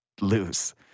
lose